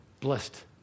blessed